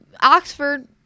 Oxford